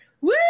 Woo